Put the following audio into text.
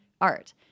art